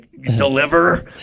Deliver